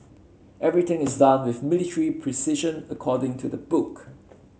everything is done with military precision according to the book